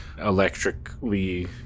electrically